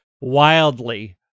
wildly